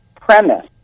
premise